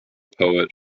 poet